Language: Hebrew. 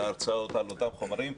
על ההרצאות ועל אותם חומרים,